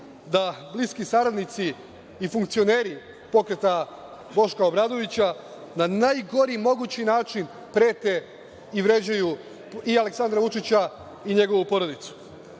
da bliski saradnici i funkcioneri pokreta Boška Obradovića na najgori mogući način prete i vređaju i Aleksandra Vučića i njegovu porodicu. Drugo